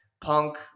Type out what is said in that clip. Punk